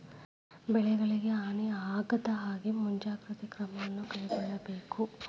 ಬೆಳೆಗಳಿಗೆ ಹಾನಿ ಆಗದಹಾಗೆ ಮುಂಜಾಗ್ರತೆ ಕ್ರಮವನ್ನು ಕೈಗೊಳ್ಳಬೇಕು